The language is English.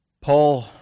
Paul